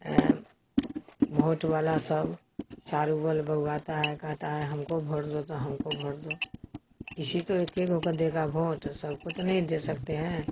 ऐं भोट वाला सब चारों बगल बौआता है कहता है हमको भोट दो तो हमको भोट दो किसी तो एक ही गो को तो देगा भोट सबको तो नहीं दे सकते हैं